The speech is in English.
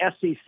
SEC